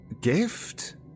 gift